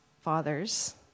fathers